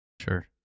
sure